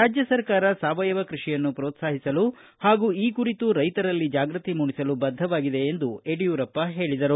ರಾಜ್ಯ ಸರ್ಕಾರ ಸಾವಯವ ಕೃಷಿಯನ್ನು ಪೋತ್ಸಾಹಿಸಲು ಹಾಗೂ ಈ ಕುರಿತು ರೈತರಲ್ಲಿ ಜಾಗೃತಿ ಮೂಡಿಸಲು ಬದ್ಧವಾಗಿದೆ ಎಂದು ಯಡಿಯೂರಪ್ಪ ಹೇಳಿದರು